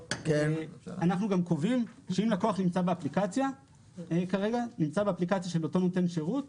אנחנו גם קובעים שאם לקוח נמצא באפליקציה של אותו נותן שירות,